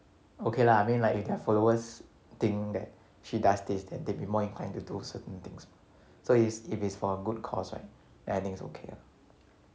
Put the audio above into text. okay lah I mean like if their followers think that she does this then they will be more inclined to do certain things so is if is for a good cause right then I think it's okay ah